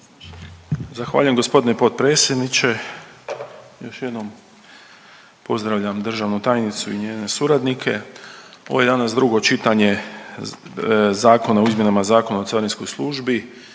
Zahvaljujem gospodine potpredsjedniče. Još jednom pozdravljam državnu tajnicu i njene suradnike. Ovo je danas drugo čitanje Zakona o izmjenama Zakona o carinskoj službi.